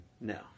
No